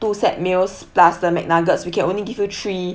two set meals plus the mcnuggets we can only give you three